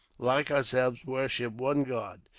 like ourselves, worship one god.